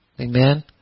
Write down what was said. Amen